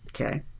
Okay